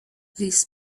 this